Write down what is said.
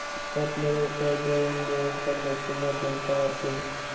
आपल्या व्यवसायात देवाणघेवाण करण्याचे माध्यम काय असेल?